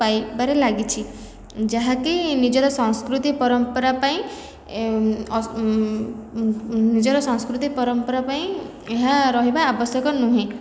ପାଇବାରେ ଲାଗିଛି ଯାହାକି ନିଜର ସଂସ୍କୃତି ପରମ୍ପରା ପାଇଁ ନିଜର ସଂସ୍କୃତି ପରମ୍ପରା ପାଇଁ ଏହା ରହିବା ଆବଶ୍ୟକ ନୁହେଁ